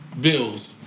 bills